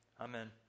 Amen